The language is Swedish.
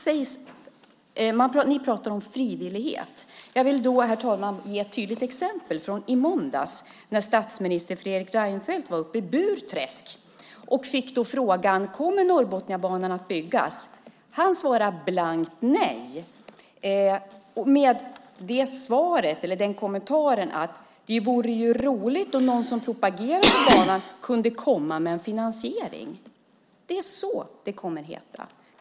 Ni pratar om frivillighet. Jag vill då, herr talman, ge ett tydligt exempel från i måndags när statsminister Fredrik Reinfeldt var uppe i Burträsk och fick frågan: Kommer Norrbotniabanan att byggas? Han svarade blankt nej, med den kommentaren att det vore roligt om den som propagerar för denna kunde komma med en finansiering. Det är så det kommer att heta.